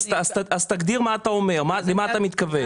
תגדיר למה אתה מתכוון.